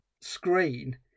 screen